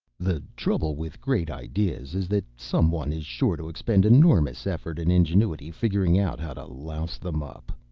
the trouble with great ideas is that someone is sure to expend enormous effort and ingenuity figuring out how to louse them up.